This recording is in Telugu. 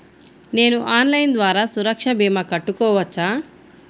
నేను ఆన్లైన్ ద్వారా సురక్ష భీమా కట్టుకోవచ్చా?